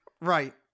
Right